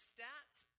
Stats